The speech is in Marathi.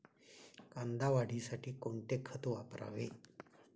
कांदा वाढीसाठी कोणते खत वापरावे?